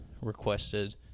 Requested